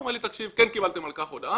הוא אומר לי, תקשיב, כן קיבלתם על כך הודעה.